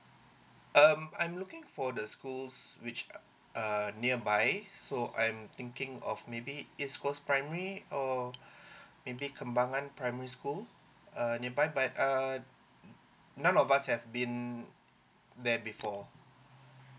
um I'm looking for the schools which are uh nearby so I'm thinking of maybe east coast primary or maybe kembangan primary school uh nearby by err none of us have been um there before